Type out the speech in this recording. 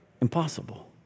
Impossible